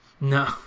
No